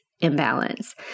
imbalance